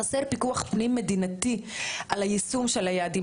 חסר פיקוח פנים מדינתי על היישום של היעדים,